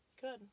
Good